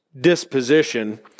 Disposition